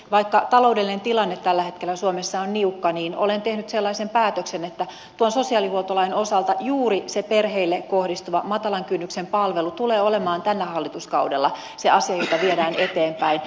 vaikka taloudellinen tilanne tällä hetkellä suomessa on niukka niin olen tehnyt sellaisen päätöksen että tuon sosiaalihuoltolain osalta juuri se perheille kohdistuva matalan kynnyksen palvelu tulee olemaan tällä hallituskaudella se asia jota viedään eteenpäin